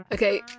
Okay